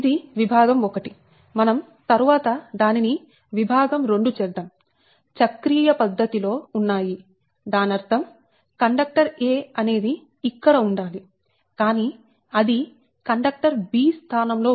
ఇది విభాగం 1 మనం తరువాత దానిని విభాగం 2 చేద్దాం చక్రీయ పద్ధతి లో ఉన్నాయి దానర్థం కండక్టర్ a అనేది ఇక్కడ ఉండాలి కానీ అది కండక్టర్ b స్థానం లో ఉంది